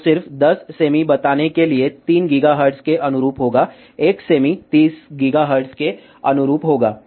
तो सिर्फ 10 सेमी बताने के लिए 3 GHz के अनुरूप होगा 1 सेमी 30 GHz के अनुरूप होगा